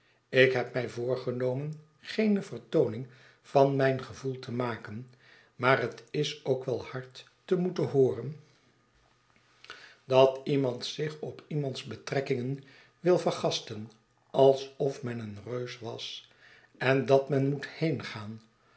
ik heb mij voorgenomen geene vertooning van mijn gevoel te maken maar het is ook wel hard te moeten hooren dat iemand zich op iemands betrekkingen wil vergasten alsof men een reus was en dat men moet